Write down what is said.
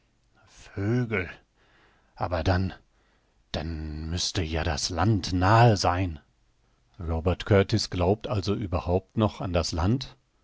vögel aber dann dann müßte ja das land nahe sein robert kurtis glaubt also überhaupt noch an das land